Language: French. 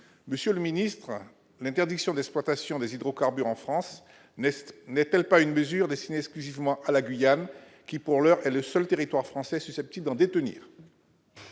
Monsieur le ministre d'État, l'interdiction d'exploitation des hydrocarbures en France n'est-elle pas une mesure destinée exclusivement à la Guyane, qui, pour l'heure, est le seul territoire français susceptible d'en détenir ?